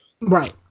Right